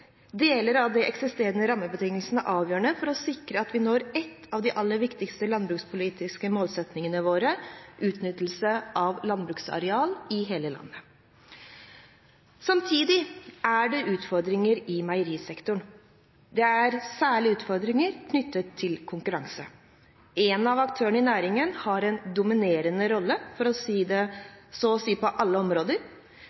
deler av de eksisterende rammebetingelsene avgjørende for å sikre at vi når en av de aller viktigste landbrukspolitiske målsettingene våre: utnyttelse av landbruksareal i hele landet. Samtidig er det utfordringer i meierisektoren. Det er særlig utfordringer knyttet til konkurranse. En av aktørene i næringen har en dominerende rolle så å si på alle områder.